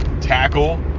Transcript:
tackle